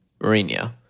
Mourinho